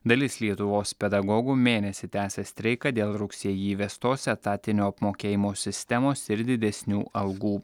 dalis lietuvos pedagogų mėnesį tęsia streiką dėl rugsėjį įvestos etatinio apmokėjimo sistemos ir didesnių algų